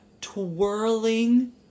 twirling